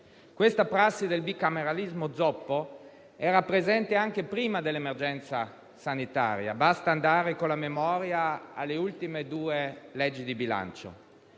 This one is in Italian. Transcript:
Questa prassi del bicameralismo zoppo era presente anche prima dell'emergenza sanitaria; basta andare con la memoria alle ultime due leggi di bilancio.